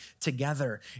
together